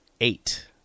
eight